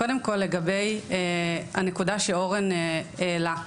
קודם כל לגבי הנקודה שאורן העלה,